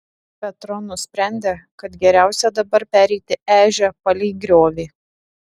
petro nusprendė kad geriausia dabar pereiti ežią palei griovį